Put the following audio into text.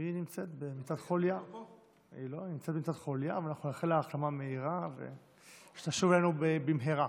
היא נמצאת במיטת חולייה ואנחנו נאחל לה החלמה מהירה ושתשוב אלינו במהרה.